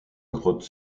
grotte